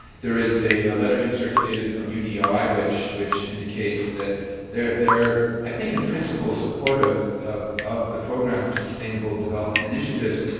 there is a letter being circulated from udi which which indicates that they're they're i think in principle supportive of of the program for sustainable development initiatives,